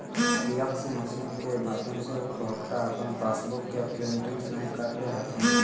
kiosk machine के माध्यम से उपभोक्ता अपन पासबुक के प्रिंटिंग स्वयं कर ले हथिन